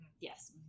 yes